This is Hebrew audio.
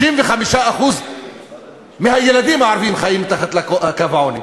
ו-65% מהילדים הערבים חיים מתחת לקו העוני.